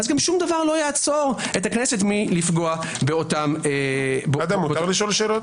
שום דבר לא יעצור את הכנסת לעצור- -- אפשר לשאול שאלות?